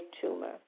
tumor